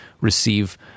receive